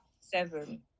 seven